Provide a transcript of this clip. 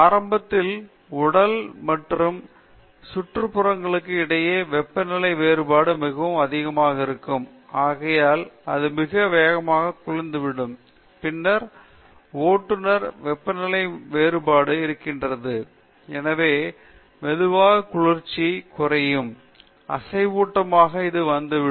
ஆரம்பத்தில் உடல் மற்றும் சுற்றுப்புறங்களுக்கு இடையில் வெப்பநிலை வேறுபாடு மிகவும் அதிகமாக இருக்கும் ஆகையால் அது மிக வேகமாக குளிர்ந்துவிடும் பின்னர் ஓட்டுநர் வெப்பநிலை வேறுபாடு கீழே வருகிறது எனவே மெதுவாக குளிர்ச்சி குறையும் அசைவூட்டமாக அது வந்துவிடும்